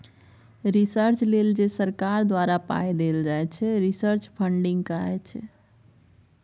research लेल जे सरकार द्वारा पाइ देल जाइ छै रिसर्च फंडिंग कहाइ छै